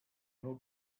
nur